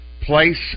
place